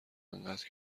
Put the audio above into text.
انقدر